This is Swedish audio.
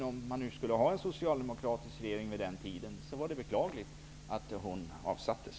Om man skulle ha en socialdemokratisk regering vid den tiden var det beklagligt att hon avsattes.